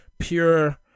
Pure